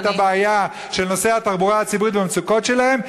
את הבעיה של נוסעי התחבורה הציבורית ושל המצוקות שלהם,